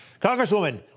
Congresswoman